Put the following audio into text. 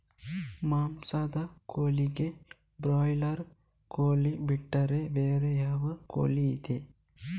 ಮಾಂಸದ ಕೋಳಿಗೆ ಬ್ರಾಲರ್ ಕೋಳಿ ಬಿಟ್ರೆ ಬೇರೆ ಯಾವ ಕೋಳಿಯಿದೆ?